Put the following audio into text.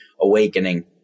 awakening